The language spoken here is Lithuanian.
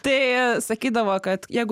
tai sakydavo kad jeigu